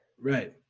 right